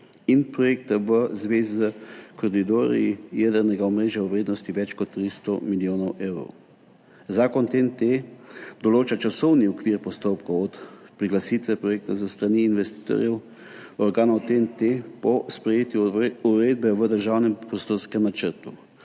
in projekte v zvezi s koridorji jedrnega omrežja v vrednosti več kot 300 milijonov evrov. Zakon TEN-T določa časovni okvir postopkov od priglasitve projekta s strani investitorjev organov TEN-T po sprejetju uredbe v državnem prostorskem načrtu